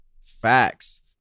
Facts